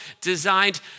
designed